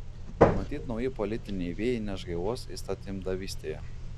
matyt nauji politiniai vėjai įneš gaivos įstatymdavystėje